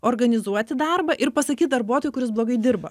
organizuoti darbą ir pasakyt darbuotojui kuris blogai dirba